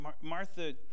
Martha